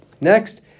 Next